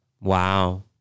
Wow